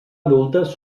adultes